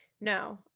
no